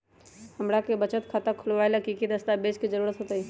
हमरा के बचत खाता खोलबाबे ला की की दस्तावेज के जरूरत होतई?